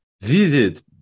visit